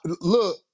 Look